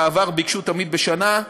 בעבר ביקשו תמיד בשנה,